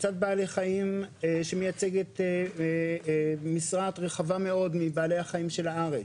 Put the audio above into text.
קבוצת בעלי חיים שמייצגת משרעת רחבה מאוד מבעלי החיים של הארץ.